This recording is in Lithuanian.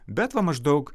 bet va maždaug